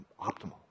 optimal